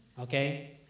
Okay